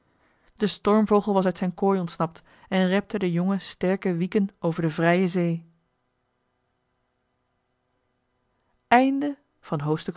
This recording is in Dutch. de stormvogel was uit zijn kooi ontsnapt en repte de jonge sterke wieken over de vrije zee